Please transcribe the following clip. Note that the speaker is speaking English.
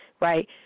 right